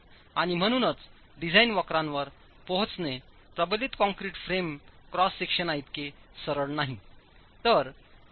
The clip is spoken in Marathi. आणि म्हणूनच डिझाइन वक्रांवर पोहोचणे प्रबलित कंक्रीट फ्रेम क्रॉस सेक्शना इतके सरळ नाही